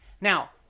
Now